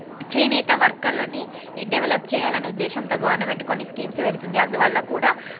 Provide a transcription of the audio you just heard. చేనేత వర్కర్లని డెవలప్ చేయాలని ఉద్దేశంతో గవర్నమెంట్ కొన్ని స్కీమ్స్ పెడుతుంది అందువల్ల కూడా